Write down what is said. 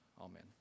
Amen